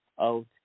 out